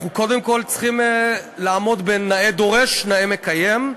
אנחנו קודם כול צריכים לעמוד בנאה דורש נאה מקיים.